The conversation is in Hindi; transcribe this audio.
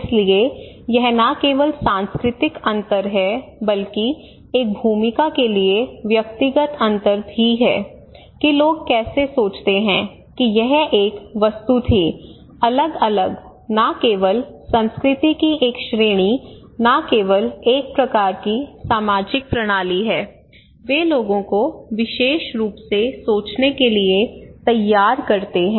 इसलिए यह न केवल सांस्कृतिक अंतर है बल्कि एक भूमिका के लिए व्यक्तिगत अंतर भी है कि लोग कैसे सोचते हैं कि यह एक वस्तु थी अलग अलग न केवल संस्कृति की एक श्रेणी न केवल एक प्रकार की सामाजिक प्रणाली है वे लोगों को विशेष रूप से सोचने के लिए तैयार करते हैं